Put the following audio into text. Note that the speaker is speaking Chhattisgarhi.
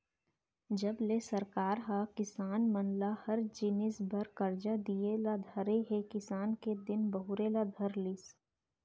जब ले सरकार ह किसान मन ल हर जिनिस बर करजा दिये ल धरे हे किसानी के दिन बहुरे ल धर लिस